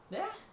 there